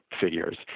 figures